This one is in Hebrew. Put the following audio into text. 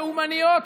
לאומניות,